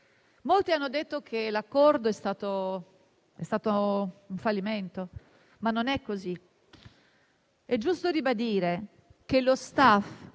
Molti hanno detto che l'accordo è stato un fallimento, ma non è così. È giusto ribadire che lo *staff*